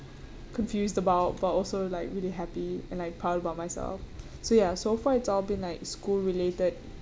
confused about but also like really happy and like proud about myself so ya so far it's all been like school related